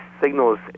signals